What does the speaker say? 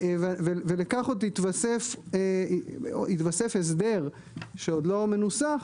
לכך יתווסף הסדר שעוד לא מנוסח,